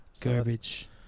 garbage